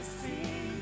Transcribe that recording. see